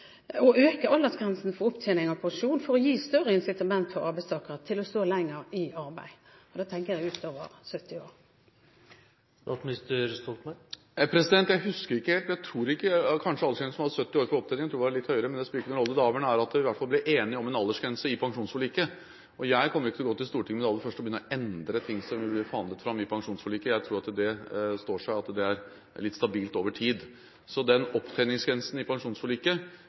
å øke aldersgrensen for opptjening av pensjon for å gi større incitament for arbeidstakere til å stå lenger i arbeid – og da tenker jeg utover 70 år. Jeg husker ikke helt, men jeg tror kanskje aldersgrensen var 70 år på opptjening – jeg trodde den var litt høyere, men det spiller ikke noen rolle. Det avgjørende er at vi ble enige om en aldersgrense i pensjonsforliket, og jeg kommer ikke til å gå til Stortinget med det aller første og begynne å endre det som ble forhandlet fram i pensjonsforliket. Jeg tror at det står seg at det er litt stabilt over tid. Så opptjeningsgrensen i pensjonsforliket